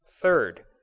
third